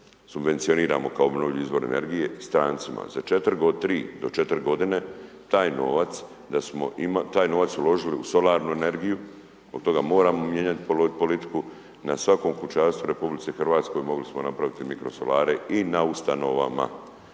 subvencioniramo kao obnovljivi izvor energije strancima, za 3-4 godine taj novac da smo taj novac uložili u solarnu energiju, od toga moramo mijenjati politiku, na svakom kućanstvu u RH mogli smo napraviti mikro solarij i na Ustanovama.